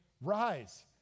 rise